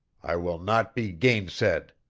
i will not be gainsaid!